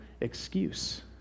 excuse